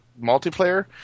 multiplayer